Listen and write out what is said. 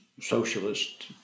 socialist